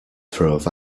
through